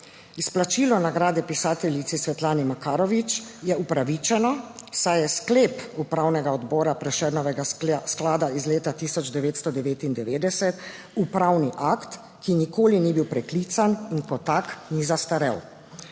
Izplačilo nagrade pisateljici Svetlani Makarovič je upravičeno, saj je sklep Upravnega odbora Prešernovega sklada iz leta 1999 upravni akt, ki nikoli ni bil preklican in kot tak ni zastarel.